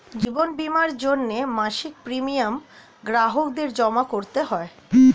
জীবন বীমার জন্যে মাসিক প্রিমিয়াম গ্রাহকদের জমা করতে হয়